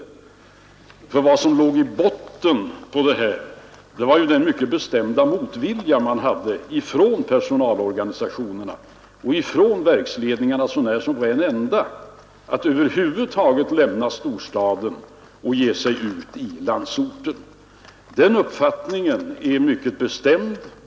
Vad som låg i botten på det hela var den mycket bestämda motvilja personalorganisationerna och verksledningarna — så när som på en enda — hade mot att över huvud taget lämna storstaden och ge sig ut i landsorten. Den uppfattningen är mycket bestämd.